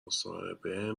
مصاحبه